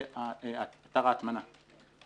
זה אתר ההטמנה.